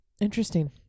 Interesting